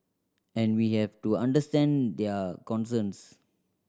and we have to understand their concerns